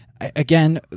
again